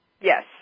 Yes